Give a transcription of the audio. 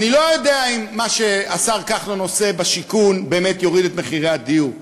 אני לא יודע אם מה שהשר כחלון עושה בשיכון באמת יוריד את מחירי הדיור,